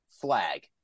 flag